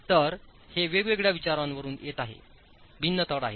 तर हे वेगवेगळ्या विचारांवरुन येत आहेत भिन्न तळ आहेत